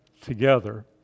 together